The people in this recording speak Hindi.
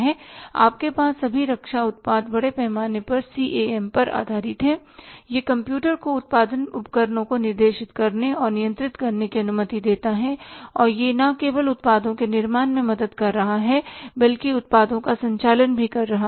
आपके सभी रक्षा उत्पाद बड़े पैमाने पर सीएएम पर आधारित हैं यह कंप्यूटर को उत्पादन उपकरणों को निर्देशित करने और नियंत्रित करने की अनुमति देता है और यह न केवल उत्पादों के निर्माण में मदद कर रहा है बल्कि उत्पादों का संचालन भी कर रहा है